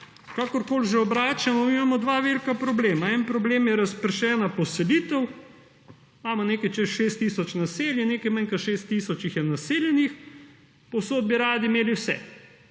Kakorkoli že obračamo, mi imamo dva velika problema. En problem je razpršena poselitev. Imamo nekaj čez 6 tisoč naselij, nekaj manj kot 6 tisoč jih je naseljenih, povsod bi radi imeli vse.